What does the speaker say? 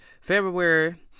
February